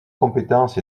compétence